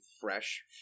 fresh